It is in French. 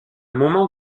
moment